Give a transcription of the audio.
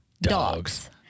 Dogs